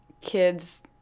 kids